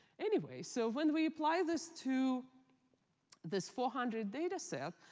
anyway, so when we apply this to this four hundred data set,